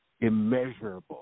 immeasurable